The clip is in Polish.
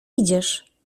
idziesz